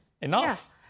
enough